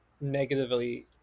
negatively